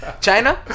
China